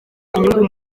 inyungu